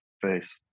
face